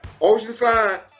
Oceanside